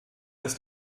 ist